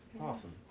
Awesome